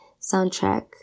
soundtrack